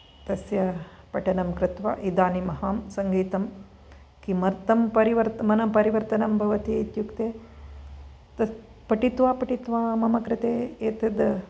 तस्य पठनं कृत्वा इदानीम् अहं सङ्गीतं किमर्थं मनः परिवर्तणं भवति इत्युक्ते तत् पठित्वा पठित्वा मम कृते एतद्